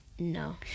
no